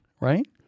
right